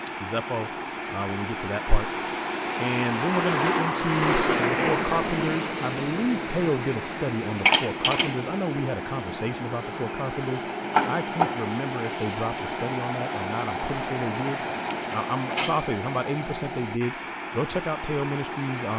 zepho when we get to that part and then we're gonna get into so the four carpenter's i believe tayo did a study on the four carpenters i know we had a conversation about the four carpenters i can't remember if they drop the study on that or not i'm pretty sure they did i'm sol say this i'm about eighty percent they did go check out tale ministries on